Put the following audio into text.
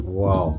wow